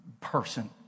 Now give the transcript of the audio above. Person